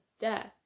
death